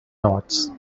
notes